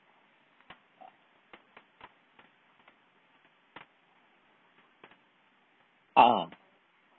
ah